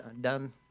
done